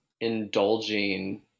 indulging